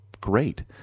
Great